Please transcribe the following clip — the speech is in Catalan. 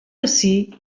ací